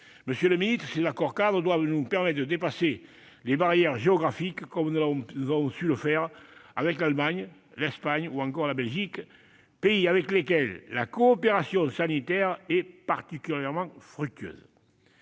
Monsieur le secrétaire d'État, ces accords-cadres doivent nous permettre de dépasser les barrières géographiques, comme nous avons su le faire avec l'Allemagne, l'Espagne ou encore la Belgique, pays avec lesquels la coopération sanitaire est particulièrement fructueuse.